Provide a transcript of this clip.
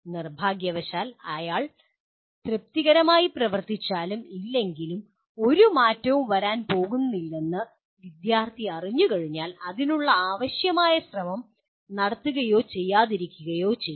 നിർഭാഗ്യവശാൽ അയാൾ തൃപ്തികരമായി പ്രവർത്തിച്ചാലും ഇല്ലെങ്കിലും ഒരു മാറ്റവും വരാൻ പോകുന്നില്ലെന്ന് വിദ്യാർത്ഥി അറിഞ്ഞു കഴിഞ്ഞാൽ അതിനുള്ള ആവശ്യമായ ശ്രമം നടത്തുകയോ ചെയ്യാതിരിക്കുകയോ ചെയ്യും